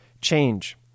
Change